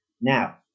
Now